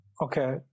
Okay